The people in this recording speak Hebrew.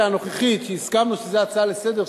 הנוכחית שהסכמנו שזאת הצעה לסדר-היום,